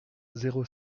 zéro